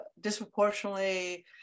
disproportionately